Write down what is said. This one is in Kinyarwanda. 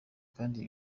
kandi